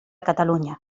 catalunya